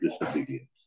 Disobedience